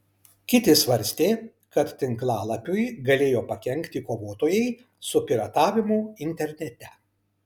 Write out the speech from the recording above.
kiti svarstė kad tinklalapiui galėjo pakenkti kovotojai su piratavimu internete